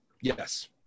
Yes